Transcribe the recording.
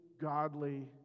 godly